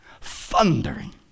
thundering